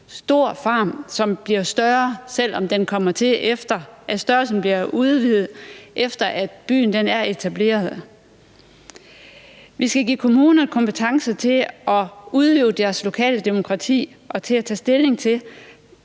stor farm, som bliver større, altså vokser i størrelse, efter at byen er etableret. Vi skal give kommunerne kompetence til at udleve deres lokale demokrati og til ud fra de tidligere